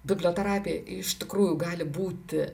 biblioterapija iš tikrųjų gali būti